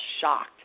shocked